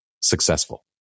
successful